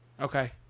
okay